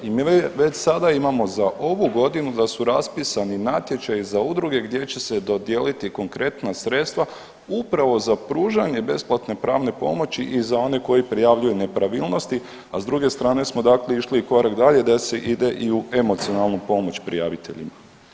I mi već sada imamo za ovu godinu da su raspisani natječaji za udruge gdje će se dodijeliti konkretna sredstva upravo za pružanje besplatne pravne pomoći i za one koji prijavljuju nepravilnosti, a s druge strane smo dakle išli i korak dalje da se ide i u emocionalnu pomoć prijaviteljima.